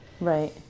Right